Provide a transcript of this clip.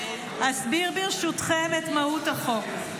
אסביר ברשותכם את מהות החוק.